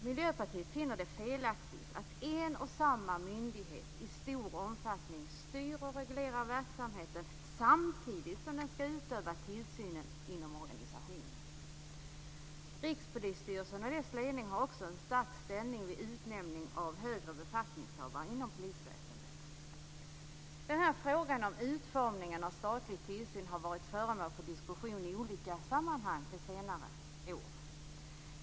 Miljöpartiet finner det felaktigt att en och samma myndighet i stor omfattning styr och reglerar verksamheten samtidigt som den skall utöva tillsynen inom organisationen. Rikspolisstyrelsen och dess ledning har också en starkt ställning vid utnämning av högre befattningshavare inom polisväsendet. Frågan om utformningen av statlig tillsyn har varit föremål för diskussion i olika sammanhang under senare tid.